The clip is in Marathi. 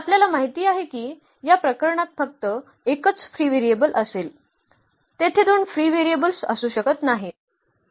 तर आपल्याला माहिती आहे की या प्रकरणात फक्त एकच फ्री व्हेरिएबल्स असेल तेथे दोन फ्री व्हेरिएबल्स असू शकत नाहीत